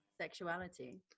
sexuality